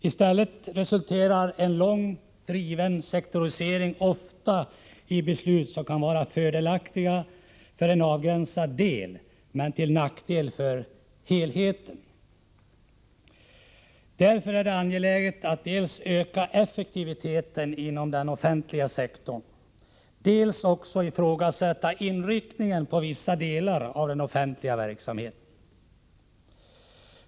I stället resulterar en långt driven sektorisering ofta i beslut som kan vara fördelaktiga för en avgränsad del men till nackdel för helheten. Därför är det angeläget att dels öka effektiviteten inom den offentliga sektorn, dels också ifrågasätta inriktningen på vissa delar av den offentliga verksamheten.